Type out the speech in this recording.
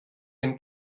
den